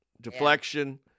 deflection